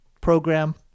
program